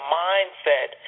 mindset